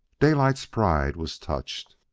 daylight's pride was touched.